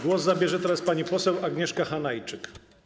Głos zabierze pani poseł Agnieszka Hanajczyk.